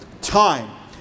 time